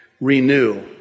Renew